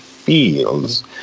feels